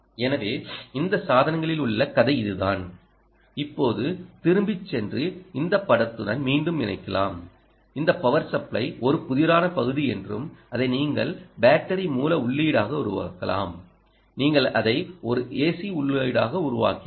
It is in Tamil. எனவே இந்த சாதனங்களில் உள்ள கதை இதுதான் இப்போது திரும்பிச் சென்று இந்த படத்துடன் மீண்டும் இணைக்கலாம் இந்த பவர் சப்ளை ஒரு புதிரான பகுதி என்றும் அதை நீங்கள் பேட்டரி மூல உள்ளீடாக உருவாக்கலாம் நீங்கள் அதை ஒரு ac உள்ளீடாக உருவாக்கலாம்